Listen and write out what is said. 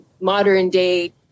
modern-day